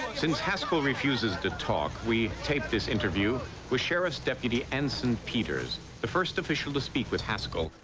since haskell refuses to talk we've taped this interview with sheriff's deputy anson peters the first official to speak with haskell.